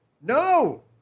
No